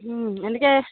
এনেকে